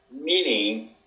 meaning